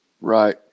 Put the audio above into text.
Right